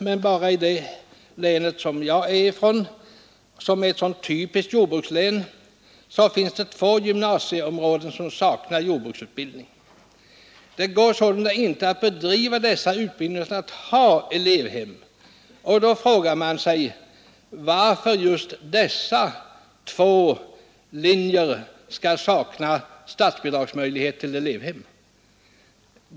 Men i det län jag kommer från, som är ett typiskt jordbrukslän, har vi två gymnasieom råden som saknar jordbruksutbildning. Det går inte att bedriva sådan utbildning utan att ha elevhem. Då frågar man sig varför just dessa två linjer skall sakna statsbidragsmöjlighet i fråga om elevhem.